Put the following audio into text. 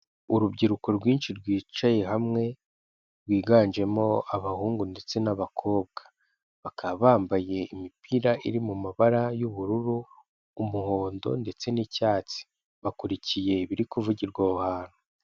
Urubyiruko rwinshi rwicaye hamwe, rwiganjemo abahungu ndetse n'abakobwa, bakaba bambaye imipira iri mu mabara y'ubururu, umuhondo ndetse n'icyatsi. Bakurikiye iribi kuvugirwa aho hantu.